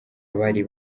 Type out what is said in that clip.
abari